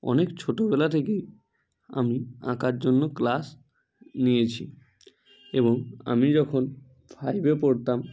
অনেক ছোটবেলা থেকেই আমি আঁকার জন্য ক্লাস নিয়েছি এবং আমি যখন ফাইভে পড়তাম